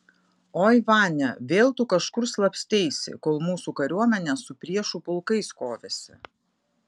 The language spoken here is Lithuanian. oi vania vėl tu kažkur slapsteisi kol mūsų kariuomenė su priešų pulkais kovėsi